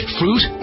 fruit